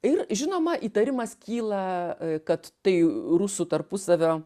ir žinoma įtarimas kyla kad tai rusų tarpusavio